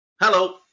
Hello